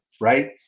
Right